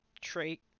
trait